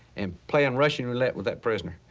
and playing russian roulette with that person,